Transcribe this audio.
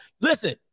Listen